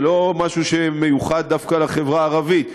זה לא משהו שמיוחד דווקא לחברה הערבית.